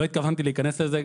לא התכוונתי להיכנס לזה.